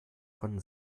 von